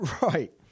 Right